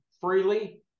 freely